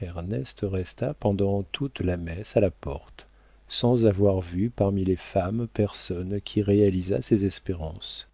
ernest resta pendant toute la messe à la porte sans avoir vu parmi les femmes personne qui réalisât ses espérances